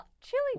chili